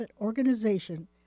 organization